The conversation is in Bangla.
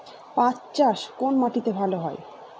পাট চাষ কোন মাটিতে ভালো হয়?